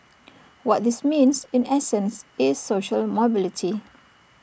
what this means in essence is social mobility